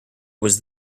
was